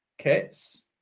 kits